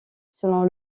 selon